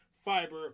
fiber